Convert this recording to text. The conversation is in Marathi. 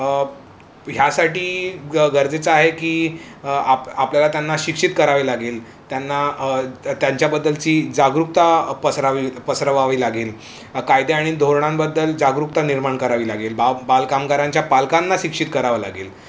ह्यासाटी गरजेचं आहे की आपल्याला त्यांना शिक्षित करावे लागेल त्यांना त्यांच्याबद्दलची जागरूकता पसरावी पसरवावी लागेल कायदे आणि धोरणांबद्दल जागरूकता निर्माण करावी लागेल बा बाल कामगारांच्या पालकांना शिक्षित करावं लागेल